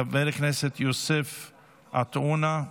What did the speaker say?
חבר הכנסת יוסף עטאונה,